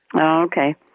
Okay